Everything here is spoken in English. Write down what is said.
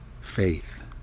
faith